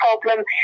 problem